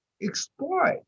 exploit